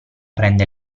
prende